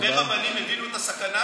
הרבה רבנים הבינו את הסכנה